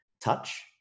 touch